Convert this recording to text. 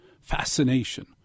fascination